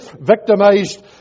victimized